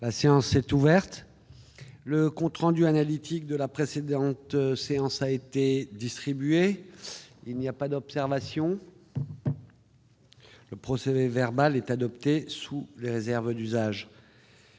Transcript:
La séance est ouverte. Le compte rendu analytique de la précédente séance a été distribué. Il n'y a pas d'observation ?... Le procès-verbal est adopté sous les réserves d'usage.